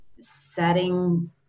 setting